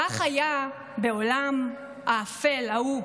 כך היה בעולם האפל ההוא.